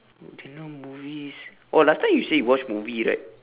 what genre of movies oh last time you say you watch movie right